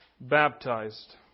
baptized